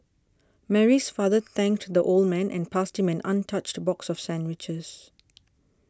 Mary's father thanked the old man and passed him an untouched box of sandwiches